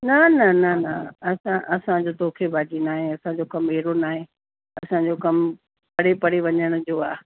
न न न न असां असांजो धोखेबाजी न आहे असांजो कम अहिड़ो न आहे असांजो कम परे परे वञण जो आहे